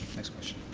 next question.